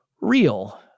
real